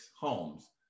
homes